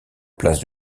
place